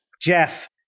Jeff